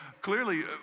clearly